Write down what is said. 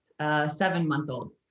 seven-month-old